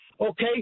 okay